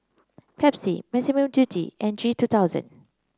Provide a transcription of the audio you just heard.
Pepsi Massimo Dutti and G two thousand